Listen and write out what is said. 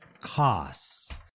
costs